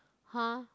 [huh]